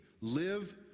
Live